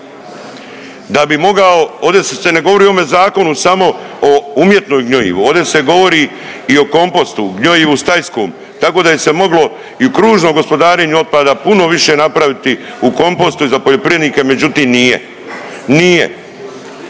da bi mogao ovdje se sad ne govori o ovome zakonu samo o umjetnom gnjojivu, ovdje se govori i o kompostu, gnjojivu stajskom, tako da je se moglo i u kružnom gospodarenju otpada puno više napraviti u kompostu za poljoprivrednike, međutim nije, nije.